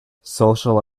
social